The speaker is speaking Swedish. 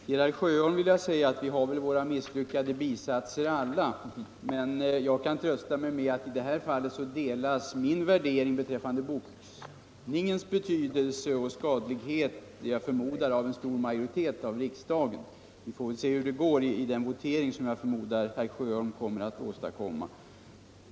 Herr talman! Vi har väl alla våra misslyckade bisatser, herr Sjöholm. Jag kan trösta mig med att min värdering beträffande boxningens betydelse och skadlighet delas av en, förmodar jag, stor majoritet av riksdagen. Vi får väl se hur det går i den votering som jag förmodar att herr Sjöholm tänker åstadkomma.